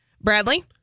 Bradley